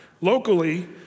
locally